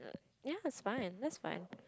ya that's fine that's fine